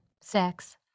Sex